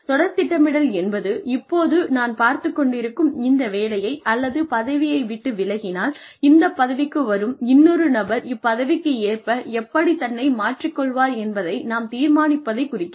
தொடர் திட்டமிடல் என்பது இப்போது நான் பார்த்துக் கொண்டிருக்கும் இந்த வேலையை அல்லது பதவியை விட்டு விலகினால் இந்த பதவிக்கு வரும் இன்னொரு நபர் இப்பதவிக்கு ஏற்ப எப்படி தன்னை மாற்றிக் கொள்வார் என்பதை நாம் தீர்மானிப்பதைக் குறிக்கிறது